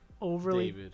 overly